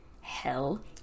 hell